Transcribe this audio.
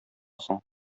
соң